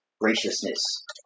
graciousness